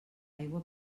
aigua